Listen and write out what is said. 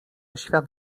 świat